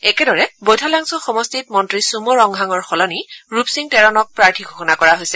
একেদৰে বৈঠালাংছ' সমষ্টিত মন্ত্ৰী ছুম' ৰংহাঙৰ সলনি ৰূপসিং তেৰণক প্ৰাৰ্থী ঘোষণা কৰা হৈছে